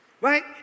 Right